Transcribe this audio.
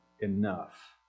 enough